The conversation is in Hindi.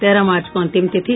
तेरह मार्च को अंतिम तिथि